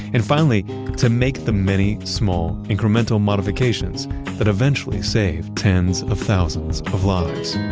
and finally to make the many small incremental modifications that eventually save tens of thousands of lives